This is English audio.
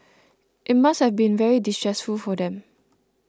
it must have been very distressful for them